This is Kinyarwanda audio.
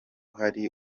hari